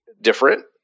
different